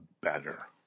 better